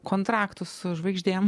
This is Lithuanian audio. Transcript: kontraktų su žvaigždėm